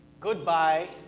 Goodbye